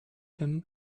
him